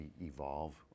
evolve